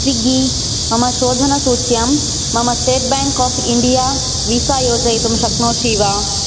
Swiggy मम शोधनसूच्यां मम State Bank of India Visa योजयितुं शक्नोषि वा